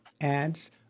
ads